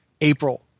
April